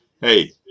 Hey